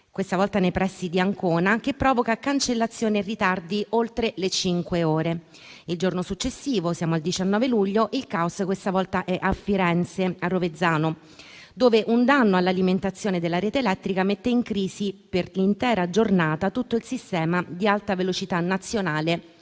questa volta nei pressi di Ancona, provoca cancellazioni e ritardi oltre le cinque ore. Il giorno successivo, siamo al 19 luglio, il caos questa volta è a Firenze, a Rovezzano, dove un danno all'alimentazione della rete elettrica mette in crisi per l'intera giornata tutto il sistema di Alta velocità nazionale